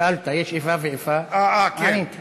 שאלת אם יש איפה ואיפה, ועניתי.